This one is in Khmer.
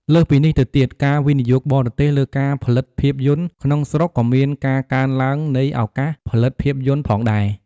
លើសពីនេះទៅទៀតការវិនិយោគបរទេសលើការផលិតភាពយន្តក្នុងស្រុកក៏មានការកើនឡើងនៃឱកាសផលិតភាពយន្តផងដែរ។